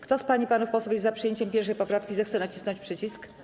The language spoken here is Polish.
Kto z pań i panów posłów jest za przyjęciem 1. poprawki, zechce nacisnąć przycisk.